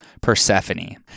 Persephone